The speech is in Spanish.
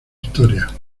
historia